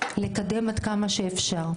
לקדם עד כמה שאפשר.